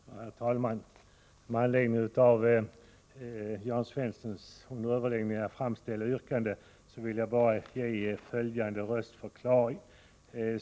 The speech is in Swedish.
Herr talman! Med anledning av Jörn Svenssons under överläggningen framställda yrkande vill jag avge följande röstförklaring.